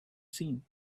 seen